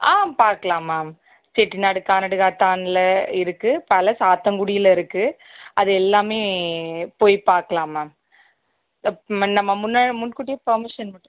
ஆ பார்க்கலாம் மேம் செட்டிநாடு கானாடு காத்தானில் இருக்குது பல சாத்தங்குடியில் இருக்குது அது எல்லாமே போய் பார்க்கலாம் மேம் அப் மன்ன நம்ம முன்ன முன் கூட்டியே பெர்மிஷன்